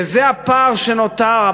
וזה הפער שנותר,